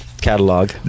catalog